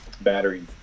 battery